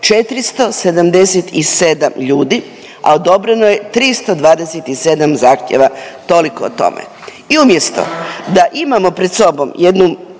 477 ljudi, a odobreno je 327 zahtjeva, toliko o tome. I umjesto da imamo pred sobom jednu